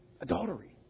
adultery